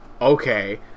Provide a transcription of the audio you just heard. okay